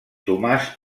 tomàs